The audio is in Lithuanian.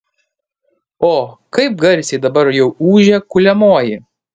o kaip garsiai dabar jau ūžia kuliamoji